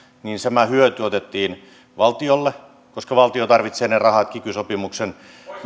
otettiin valtiolle koska valtio tarvitsee ne rahat kiky sopimuksen